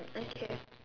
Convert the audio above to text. okay